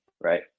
right